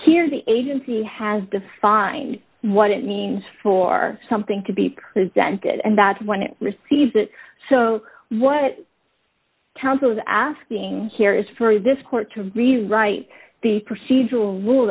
here the agency has defined what it means for something to be presented and that when it receives it so what counsel is asking here is for this court to really write the procedural rule